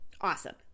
awesome